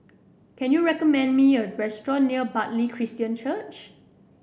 can you recommend me a restaurant near Bartley Christian Church